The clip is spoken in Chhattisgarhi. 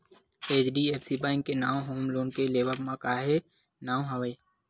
एच.डी.एफ.सी बेंक के नांव होम लोन के लेवब म काहेच नांव हवय